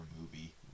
movie